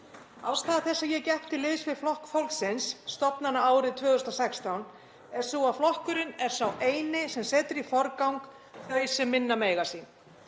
Ástæða þess að ég gekk til liðs við Flokk fólksins stofnunarárið 2016 er sú að flokkurinn er sá eini sem setur í forgang þau sem minna mega sín.